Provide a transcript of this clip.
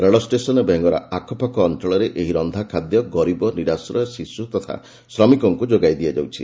ରେଳଷ୍ଟେସନ୍ ଏବଂ ଏହାର ଆଖପାଖରେ ଏହି ରନ୍ଧାଖାଦ୍ୟ ଗରିବ ନିରାଶ୍ରୟ ଶିଶୁ ତଥା ଶ୍ରମିକଙ୍କୁ ଯୋଗାଇ ଦିଆଯାଉଛି